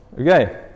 Okay